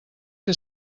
que